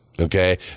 okay